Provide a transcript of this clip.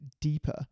deeper